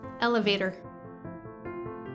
Elevator